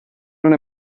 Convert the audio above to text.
non